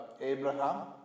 Abraham